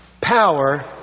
power